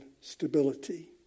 stability